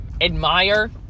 admire